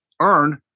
earn